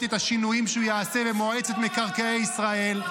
את השינויים שהוא יעשה במועצת מקרקעי ישראל.